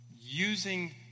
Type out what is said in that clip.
Using